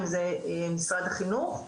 אם זה משרד החינוך,